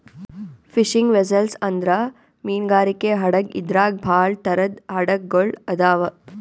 fishing vessel ಅಂದ್ರ ಮೀನ್ಗಾರಿಕೆ ಹಡಗ್ ಇದ್ರಾಗ್ ಭಾಳ್ ಥರದ್ ಹಡಗ್ ಗೊಳ್ ಅದಾವ್